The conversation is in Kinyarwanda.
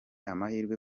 amahirwe